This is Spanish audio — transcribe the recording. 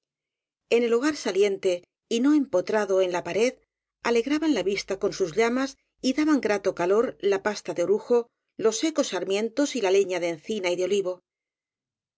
en el hogar saliente y no empotrado en la pared alegraban la vista con sus llamas y daban grato calor la pasta de orujo los secos sarmientos y la leña de encina y de olivo